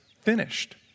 finished